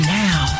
now